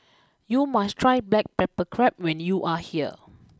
you must try Black Pepper Crab when you are here